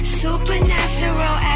supernatural